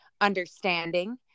understanding